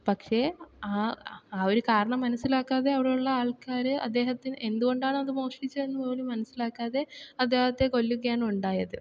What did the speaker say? പക്ഷേ ആ ആ ഒരു കാരണം മനസ്സിലാക്കാതെ അവിടെയുള്ള ആൾക്കാർ അദ്ദേഹത്തിന് എന്തുകൊണ്ടാണ് അത് മോഷ്ടിച്ചതെന്ന് പോലും മനസിലാക്കാതെ അദ്ദേഹത്തെ കൊല്ലുകയാണ് ഉണ്ടായത്